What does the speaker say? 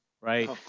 right